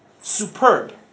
superb